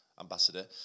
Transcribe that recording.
ambassador